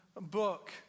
book